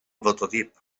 prototip